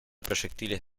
proyectiles